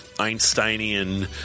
Einsteinian